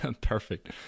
Perfect